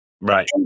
Right